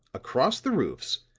across the roofs,